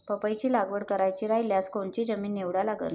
पपईची लागवड करायची रायल्यास कोनची जमीन निवडा लागन?